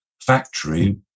factory